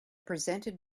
presented